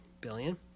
billion